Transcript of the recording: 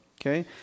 okay